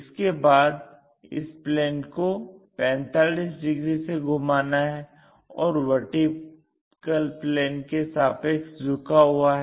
इसके बाद इस प्लेन को 45 डिग्री से घुमाना है और VP के सापेक्ष झुका हुआ है